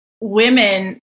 women